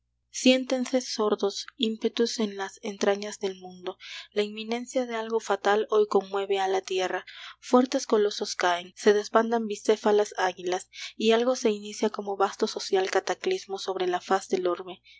siéntense sordos ímpetus en las entrañas del mundo la inminencia de algo fatal hoy conmueve a la tierra fuertes colosos caen se desbandan bicéfalas águilas y algo se inicia como vasto social cataclismo sobre la faz del orbe